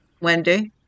Wendy